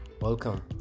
Welcome